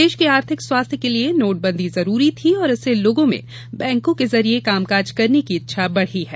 देश के आर्थिक स्वास्थ के लिए नोटबंदी जरूरी थी और इससे लोगों में बैंको के जरिए काम काज करने की इच्छा बढ़ी है